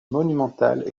monumental